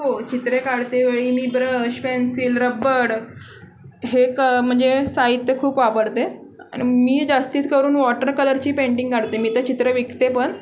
हो चित्रे काढतेवेळी मी ब्रश पेन्सिल रबर हे क म्हणजे साहित्य खूप वापरते आणि मी जास्तीत करून वॉटर कलरची पेंटिंग काढते मी तर चित्र विकते पण